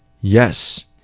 Yes